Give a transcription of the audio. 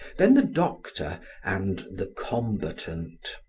then the doctor and the combatant.